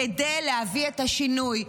כדי להביא את השינוי.